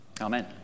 Amen